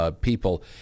people